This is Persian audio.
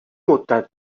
مدّت